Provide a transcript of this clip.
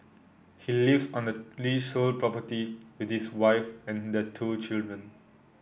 he lives on the leasehold property with his wife and their two children